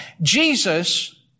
Jesus